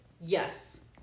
yes